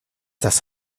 das